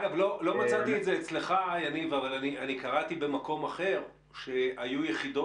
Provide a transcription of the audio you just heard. לא מצאתי את זה אצלך אבל קראתי במקום אחר שהיו יחידות